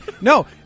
No